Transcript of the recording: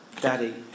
daddy